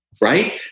Right